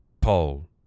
Paul